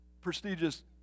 prestigious